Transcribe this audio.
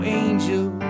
angel